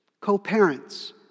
co-parents